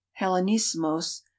hellenismos